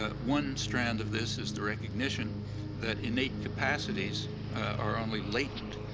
ah one strand of this is the recognition that innate capacities are only latent.